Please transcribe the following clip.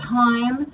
time